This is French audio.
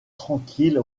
tranquille